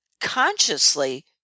consciously